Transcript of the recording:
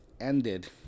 ended